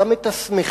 גם את השמחים,